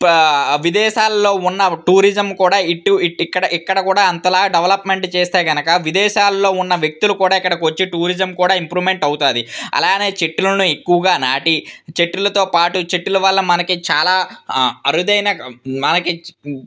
విదేశాలలో ఉన్న టూరిజం కూడా ఇటు ఇక్కడ ఇక్కడ కూడా అంతగా డెవలప్మెంట్ చేస్తే కనుక విదేశాలలో ఉన్న వ్యక్తులు కూడా ఇక్కడికి వచ్చి టూరిజం కూడా ఇంప్రూమెంట్ అవుతుంది అలాగే చెట్లలను ఎక్కువగా నాటి చెట్లతో పాటు చెట్ల వల్ల మనకి చాలా అరుదైన మనకి